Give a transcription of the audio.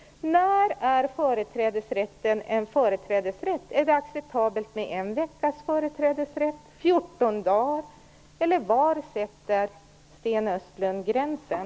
När är företrädesrätten en företrädesrätt? Är det acceptabelt med en veckas företrädesrätt, fjorton dagar eller var sätter Sten Östlund gränsen?